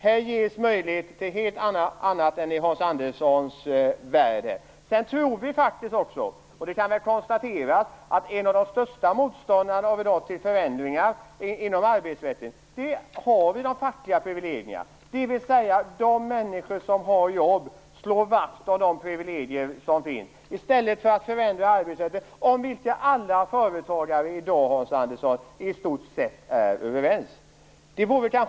Här ges möjlighet till något helt annat än i Hans Anderssons värld. Vi tror faktiskt också, och det kan man konstatera, att en av dagens största förändringsmotståndare vad gäller arbetsrätten är facken. De människor som har jobb slår vakt om de privilegier som finns i stället för att förändra arbetsrätten. I stort sett alla företagare är i dag överens om att det bör göras, Hans Andersson.